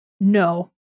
No